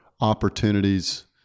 opportunities